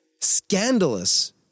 scandalous